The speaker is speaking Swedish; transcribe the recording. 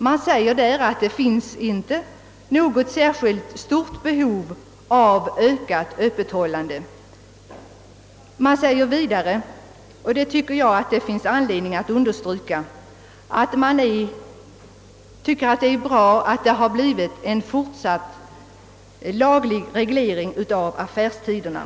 Det sades där att det inte finns något särskilt stort behov av ökat öppethållande och vidare — jag tycker att det finns anledning att understryka detta — att det är bra att man har föreslagit en fortsatt laglig reglering av affärstiderna.